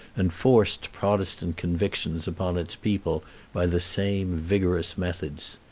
and forced protestant convictions upon its people by the same vigorous methods.